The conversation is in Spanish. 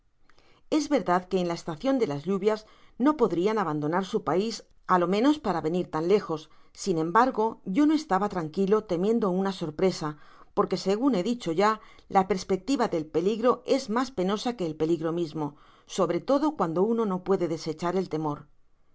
es verdad que en la estacion de las lluvias no podrian abandonar su pais á lo menos para venir tan lejos sin embargo yo no estaba tranquilo temiendo una sorpresa porque segun he dicho ya la perspectiva del peligro es mas penosa que el peligro mismo sobre todo cuando uno no puede desechar el temor